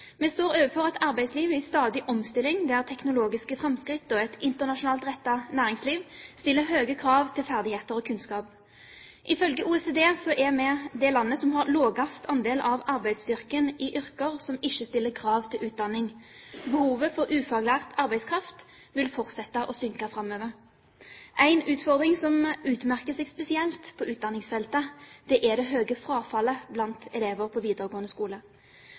Vi står overfor et arbeidsliv i stadig omstilling – der teknologiske framskritt og et internasjonalt rettet næringsliv stiller høye krav til ferdigheter og kunnskap. Ifølge OECD er vi det landet som har lavest andel av arbeidsstyrken i yrker som ikke stiller krav til utdanning. Behovet for ufaglært arbeidskraft vil fortsette å synke framover. Én utfordring som utmerker seg spesielt på utdanningsfeltet, er det høye frafallet blant elever på videregående skole.